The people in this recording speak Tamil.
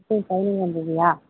சரி பதினைஞ்சாம் தேதியா